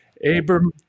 Abram